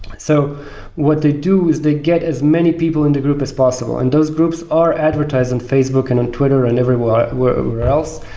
so what they do is they get as many people in the group as possible. and those groups are advertised in facebook and on twitter and everywhere else.